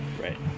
right